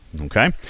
Okay